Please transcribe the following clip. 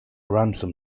ransom